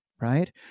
Right